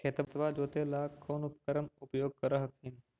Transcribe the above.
खेतबा जोते ला कौन उपकरण के उपयोग कर हखिन?